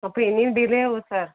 അപ്പോൾ ഇനിയും ഡിലേ ആവുമോ സർ